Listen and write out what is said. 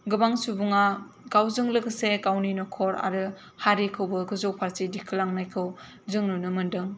गोबां सुबुङा गावजों लोगोसे गावनि न'खर आरो हारिखौबो गोजौफारसे दिखांलांनायखौ जों नुनो मोन्दों